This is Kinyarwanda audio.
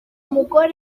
mugore